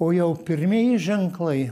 o jau pirmieji ženklai